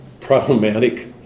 problematic